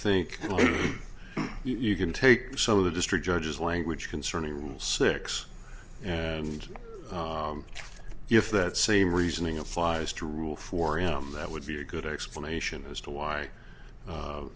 think you can take some of the district judges language concerning rule six and if that same reasoning applies to rule for him that would be a good explanation as to why